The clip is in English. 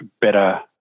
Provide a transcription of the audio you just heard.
better